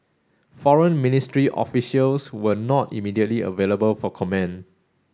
Foreign Ministry officials were not immediately available for comment